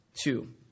two